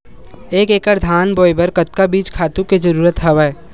एक एकड़ धान बोय बर कतका बीज खातु के जरूरत हवय?